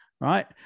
right